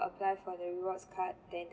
apply for the rewards card than